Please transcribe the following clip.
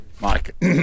Mike